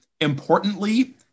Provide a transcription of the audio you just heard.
Importantly